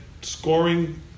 scoring